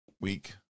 week